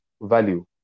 value